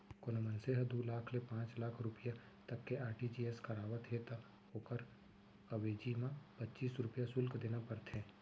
कोनों मनसे ह दू लाख ले पांच लाख रूपिया तक के आर.टी.जी.एस करावत हे त ओकर अवेजी म पच्चीस रूपया सुल्क देना परथे